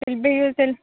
بِہوحظ تیٚلہِ